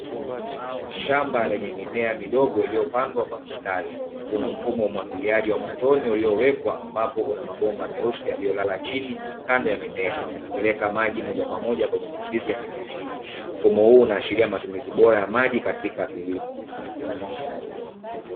Shamba lenye mimea midogo iliyopandwa kwa mstari. Una mfumo wa umwagiliaji wa matone uliowekwa, ambapo kuna mabomba meusi yaliyolala chini, kando ya mimea yakipeleka maji moja kwa moja kwenye mizizi ya mimea hii. Mfumo huu unaashiria matumizi bora ya maji katika kilimo.